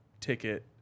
ticket